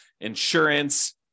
insurance